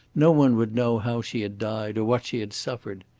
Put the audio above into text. no one would know how she had died or what she had suffered.